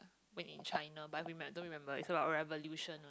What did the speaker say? when in China but I remember don't remember is about revolution